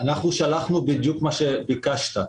שלחנו בדיוק מה שביקשת.